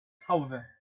however